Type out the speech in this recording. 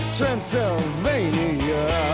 Transylvania